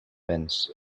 béns